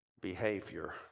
behavior